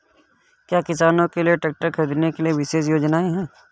क्या किसानों के लिए ट्रैक्टर खरीदने के लिए विशेष योजनाएं हैं?